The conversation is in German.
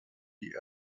die